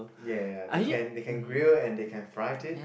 ya they can they can grill and they can fry it